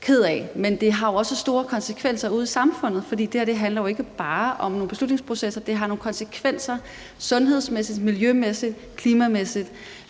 ked af. Men det har også store konsekvenser ude i samfundet, for det her handler jo ikke bare om nogle beslutningsprocesser. Det har nogle konsekvenser sundhedsmæssigt, miljømæssigt og klimamæssigt,